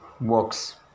works